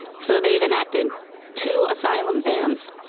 so, they've enacted two asylum bans.